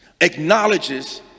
acknowledges